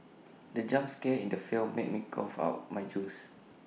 the jump scare in the film made me cough out my juice